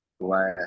glass